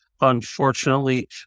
Unfortunately